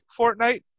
Fortnite